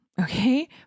Okay